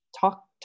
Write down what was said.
talk